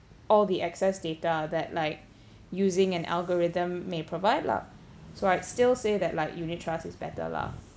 all the excess data that like using an algorithm may provide lah so I'd still say that like unit trust is better lah